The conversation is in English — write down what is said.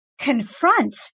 confront